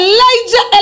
Elijah